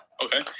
Okay